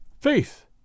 Faith